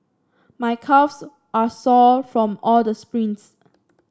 my calves are sore from all the sprints